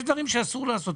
יש דברים שאסור לעשות.